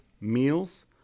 meals